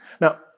Now